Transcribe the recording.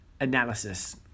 analysis